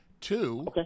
Two